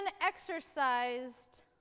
exercised